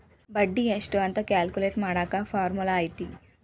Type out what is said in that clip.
ಬಡ್ಡಿ ಎಷ್ಟ್ ಅಂತ ಕ್ಯಾಲ್ಕುಲೆಟ್ ಮಾಡಾಕ ಫಾರ್ಮುಲಾ ಐತಿ